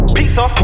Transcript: Pizza